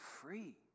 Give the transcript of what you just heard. free